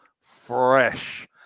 fresh